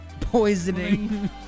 poisoning